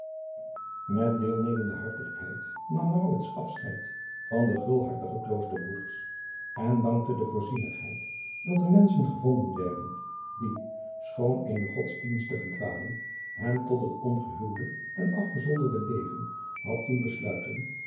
met deelnemende hartelijkheid nam maurits afscheid van de gulhartige kloosterbroeders en dankte de voorzienigheid dat er menschen gevonden werden die schoon eene godsdienstige dwaling hen tot het ongehuwde en afgezonderde leven had doen besluiten